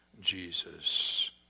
jesus